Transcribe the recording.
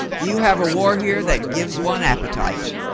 you have a war here that gives one appetite.